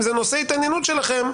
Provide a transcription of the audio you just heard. אם זה נושא ההתעניינות שלכם,